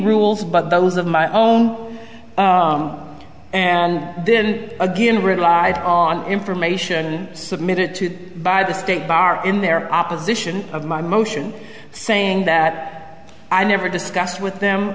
rules but those of my own and then again relied on information submitted to by the state bar in their opposition of my motion saying that i never discussed with them